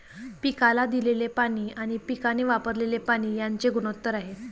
पिकाला दिलेले पाणी आणि पिकाने वापरलेले पाणी यांचे गुणोत्तर आहे